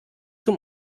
zum